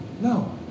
No